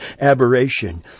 aberration